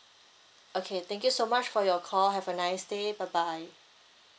okay thank you so much for your call have a nice day bye bye